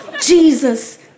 Jesus